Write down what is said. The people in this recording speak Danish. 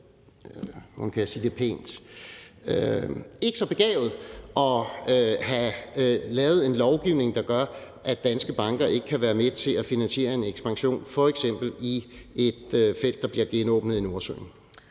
kan jeg sige det pænt – ikke så begavet at have lavet en lovgivning, der gør, at danske banker ikke kan være med til at finansiere en ekspansion f.eks. i et felt, der bliver genåbnet i Nordsøen.